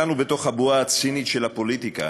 החיים שלנו בתוך הבועה הצינית של הפוליטיקה